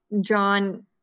John